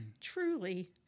truly